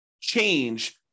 change